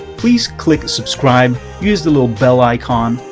please click subscribe, use the little bell icon.